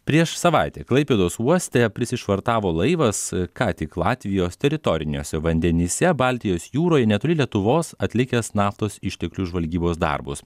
prieš savaitę klaipėdos uoste prisišvartavo laivas e ką tik latvijos teritoriniuose vandenyse baltijos jūroj netoli lietuvos atlikęs naftos išteklių žvalgybos darbus